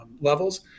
levels